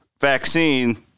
vaccine